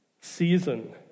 season